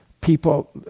People